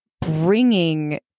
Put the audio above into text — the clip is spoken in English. bringing